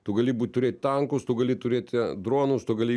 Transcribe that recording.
tu gali būt turėt tankus tu gali turėti dronus tu gali